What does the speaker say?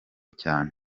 cyane